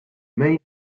main